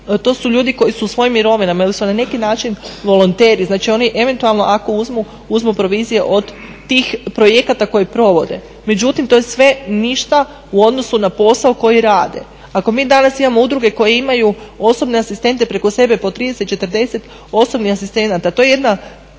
to su ljudi koji su svojim mirovinama ili su na neki način volonteri znači oni eventualno ako uzmu, uzmu provizije od tih projekata koje provode. Međutim to je sve ništa u odnosu na posao koji rade. Ako mi danas imamo udruge koje imaju osobne asistente preko sebe po 30, 40 osobnih asistenata to je jedna,